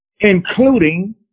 including